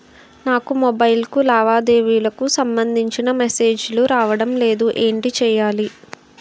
నాకు మొబైల్ కు లావాదేవీలకు సంబందించిన మేసేజిలు రావడం లేదు ఏంటి చేయాలి?